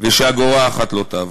ושאגורה אחת לא תעבור.